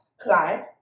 Clyde